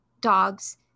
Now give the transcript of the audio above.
dogs